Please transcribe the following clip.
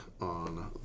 on